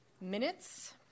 minutes